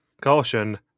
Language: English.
Caution